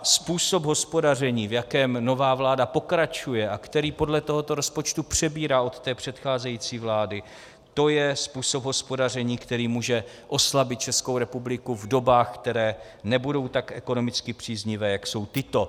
Způsob hospodaření, v jakém nová vláda pokračuje a který podle tohoto rozpočtu přebírá od té předcházející vlády, to je způsob hospodaření, který může oslabit Českou republiku v dobách, které nebudou tak ekonomicky příznivé, jak jsou tyto.